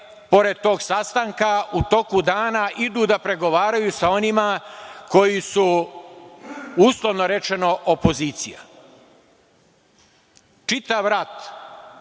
pored tog sastanaka u toku dana idu da pregovaraju sa onima koji su, uslovno rečeno, opozicija. Čitav rat